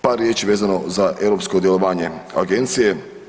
Par riječi vezano za europsko djelovanje agencije.